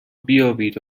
بیابید